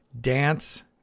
dance